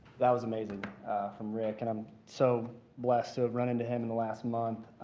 that was amazing from rick. and i'm so blessed to have run into him in the last month.